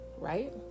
right